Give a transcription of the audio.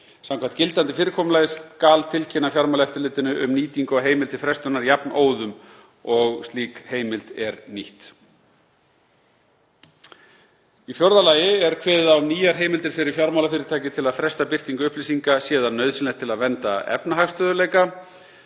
Samkvæmt gildandi fyrirkomulagi skal tilkynna Fjármálaeftirlitinu um nýtingu á heimild til frestunar jafnóðum og slík heimild er nýtt. Í fjórða lagi er kveðið á um nýjar heimildir fyrir fjármálafyrirtæki til að fresta birtingu upplýsinga sé það nauðsynlegt til að vernda efnahagsstöðugleika.